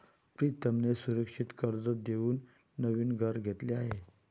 प्रीतमने सुरक्षित कर्ज देऊन नवीन घर घेतले आहे